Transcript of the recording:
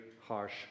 harsh